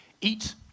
Eat